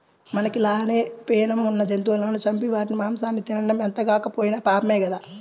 మనకి లానే పేణం ఉన్న జంతువులను చంపి వాటి మాంసాన్ని తినడం ఎంతగాకపోయినా పాపమే గదా